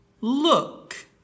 Look